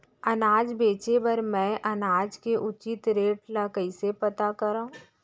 अनाज बेचे बर मैं अनाज के उचित रेट ल कइसे पता करो?